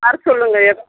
வர சொல்லுங்கள்